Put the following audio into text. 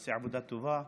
שעושה עבודה טובה,